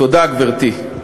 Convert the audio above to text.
תודה, גברתי.